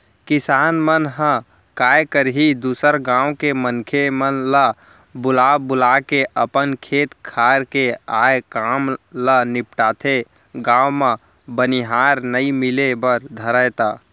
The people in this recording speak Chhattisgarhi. किसान मन ह काय करही दूसर गाँव के मनखे मन ल बुला बुलाके अपन खेत खार के आय काम ल निपटाथे, गाँव म बनिहार नइ मिले बर धरय त